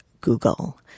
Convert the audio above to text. Google